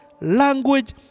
language